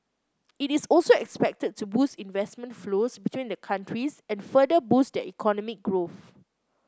it is also expected to boost investment flows between the countries and further boost their economic growth